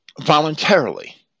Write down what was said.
voluntarily